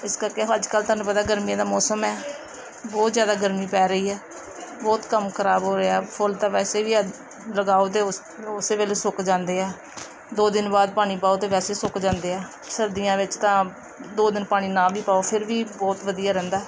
ਇਸ ਕਰਕੇ ਅੱਜ ਕੱਲ੍ਹ ਤੁਹਾਨੂੰ ਪਤਾ ਗਰਮੀਆਂ ਦਾ ਮੌਸਮ ਹੈ ਬਹੁਤ ਜ਼ਿਆਦਾ ਗਰਮੀ ਪੈ ਰਹੀ ਹੈ ਬਹੁਤ ਕੰਮ ਖਰਾਬ ਹੋ ਰਿਹਾ ਫੁੱਲ ਤਾਂ ਵੈਸੇ ਵੀ ਲਗਾਓ ਤਾਂ ਉਸ ਉਸ ਵੇਲੇ ਸੁੱਕ ਜਾਂਦੇ ਆ ਦੋ ਦਿਨ ਬਾਅਦ ਪਾਣੀ ਪਾਓ ਤਾਂ ਵੈਸੇ ਸੁੱਕ ਜਾਂਦੇ ਆ ਸਰਦੀਆਂ ਵਿੱਚ ਤਾਂ ਦੋ ਦਿਨ ਪਾਣੀ ਨਾ ਵੀ ਪਾਓ ਫਿਰ ਵੀ ਬਹੁਤ ਵਧੀਆ ਰਹਿੰਦਾ